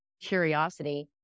curiosity